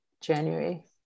january